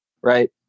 right